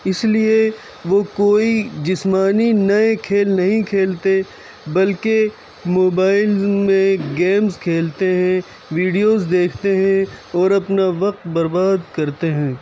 اِس لیے وہ کوئی جسمانی نئے کھیل نہیں کھیلتے بلکہ موبائلز میں گیمز کھیلتے ہیں ویڈیوز دیکھتے ہیں اور اپنا وقت برباد کرتے ہیں